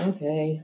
Okay